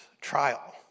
trial